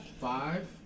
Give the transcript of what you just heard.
Five